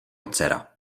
dcera